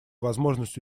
возможность